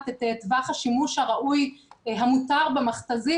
את טווח השימוש הראוי המותר במכת"זית,